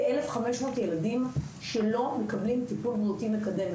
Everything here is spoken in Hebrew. כ-1,500 ילדים שלא מקבלים טיפול בריאותי מקדם.